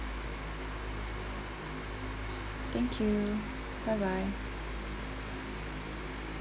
thank you bye bye